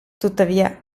tuttavia